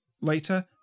Later